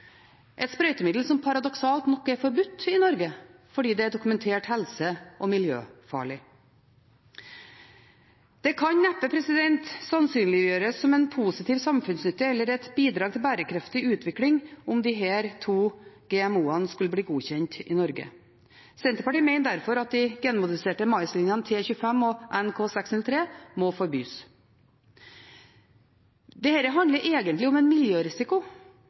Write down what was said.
Norge fordi det er dokumentert helse- og miljøfarlig. Det kan neppe sannsynliggjøres som en positiv samfunnsnytte eller et bidrag til bærekraftig utvikling, om disse to GMO-ene skulle bli godkjent i Norge. Senterpartiet mener derfor at de genmodifiserte maislinjene T25 og NK603 må forbys. Dette handler egentlig om en miljørisiko,